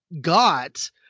got